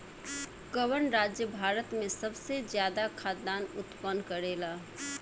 कवन राज्य भारत में सबसे ज्यादा खाद्यान उत्पन्न करेला?